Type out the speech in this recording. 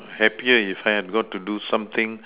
happier if I had got to do something